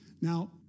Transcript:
Now